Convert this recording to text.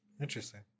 Interesting